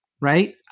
right